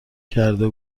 کرده